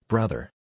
Brother